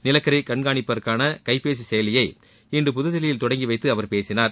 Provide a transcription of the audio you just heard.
நிலக்கரி கண்ஷாணிப்பிற்கான கைப்பேசி செயலியை இன்று புதுதில்லியில் தொடங்கிவைத்து அவர் பேசினார்